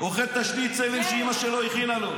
לא צריכים מכונאים?